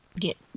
get